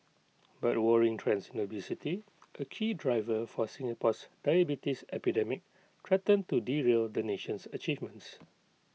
but worrying trends in obesity A key driver for Singapore's diabetes epidemic threaten to derail the nation's achievements